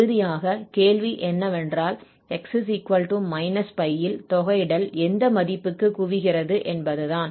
இறுதியாக கேள்வி என்னவென்றால் x−π இல் தொகையிடல் எந்த மதிப்புக்கு குவிகிறது என்பதுதான்